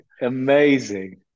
Amazing